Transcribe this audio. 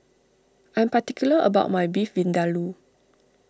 I'm particular about my Beef Vindaloo